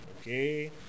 Okay